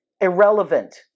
irrelevant